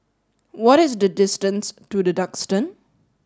what is the distance to The Duxton